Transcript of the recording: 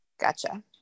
Gotcha